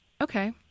Okay